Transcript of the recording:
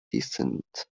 descent